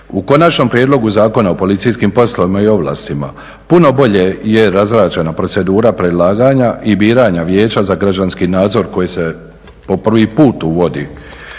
U Konačnom prijedlogu zakona o policijskim poslovima i ovlastima puno bolje je razrađena procedura predlaganja i biranja Vijeća za građanski nadzor koji se po prvi put uvodi